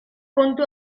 kontu